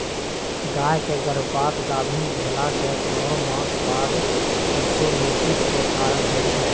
गाय के गर्भपात गाभिन् भेलाके छओ मास बाद बूर्सोलोसिस के कारण होइ छइ